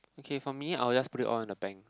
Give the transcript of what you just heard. okay for me I will just put it all in the bank